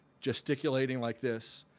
gesticulating like this,